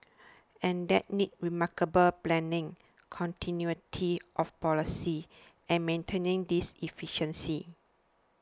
and that needs remarkable planning continuity of policy and maintaining this efficiency